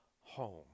home